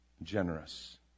generous